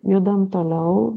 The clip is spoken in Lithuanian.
judam toliau